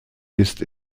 ist